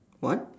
what